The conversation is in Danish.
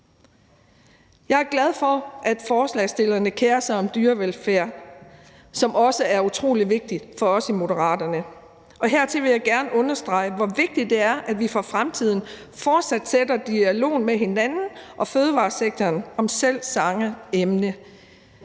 Jeg er glad for, at forslagsstillerne kerer sig om dyrevelfærd, som også er utrolig vigtigt for os i Moderaterne. Hertil vil jeg gerne understrege, hvor vigtigt det er, at vi for fremtiden fortsætter dialogen med hinanden og fødevaresektoren om selv samme emne.